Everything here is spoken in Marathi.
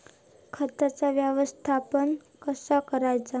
खताचा व्यवस्थापन कसा करायचा?